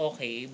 Okay